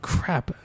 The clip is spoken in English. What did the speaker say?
Crap